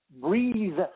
breathe